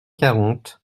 quarante